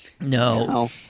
No